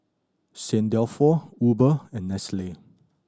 Saint Dalfour Uber and Nestle